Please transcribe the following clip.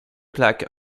plaques